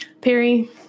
Perry